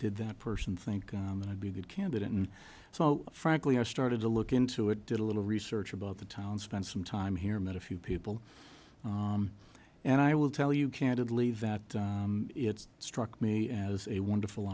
did that person think i'm going to be a good candidate and so frankly i started to look into it did a little research about the town spend some time here met a few people and i will tell you candidly that it's struck me as a wonderful